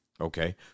Okay